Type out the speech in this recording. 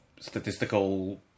statistical